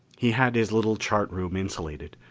he had his little chart room insulated.